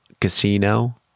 Casino